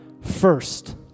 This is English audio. first